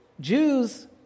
Jews